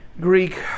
Greek